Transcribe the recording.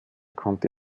konnte